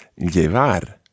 LLEVAR